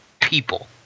people